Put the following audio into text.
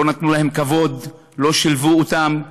לא נתנו להם כבוד, לא שילבו אותם.